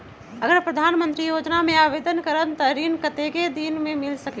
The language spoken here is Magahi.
अगर प्रधानमंत्री योजना में आवेदन करम त ऋण कतेक दिन मे मिल सकेली?